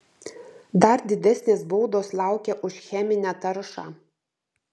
dar didesnės baudos laukia už cheminę taršą